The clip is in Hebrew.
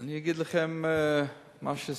אני אגיד לכם מה עשיתי.